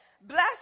bless